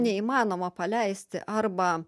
neįmanoma paleisti arba